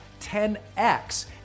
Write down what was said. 10x